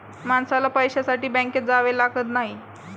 माणसाला पैशासाठी बँकेत जावे लागत नाही